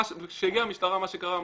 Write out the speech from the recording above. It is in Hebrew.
כשהגיעה המשטרה מה שקרה,